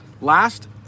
Last